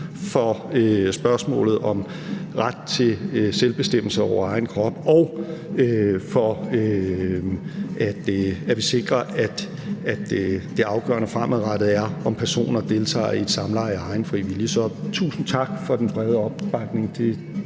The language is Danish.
med spørgsmålet om ret til selvbestemmelse over egen krop og for at sikre, at det afgørende fremadrettet er, om personer deltager i et samleje af egen fri vilje. Så tusind tak for den brede opbakning,